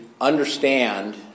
understand